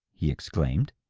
he exclaimed,